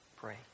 pray